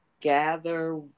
gather